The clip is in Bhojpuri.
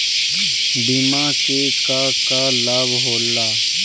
बिमा के का का लाभ होला?